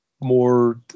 more